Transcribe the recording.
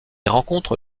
rencontre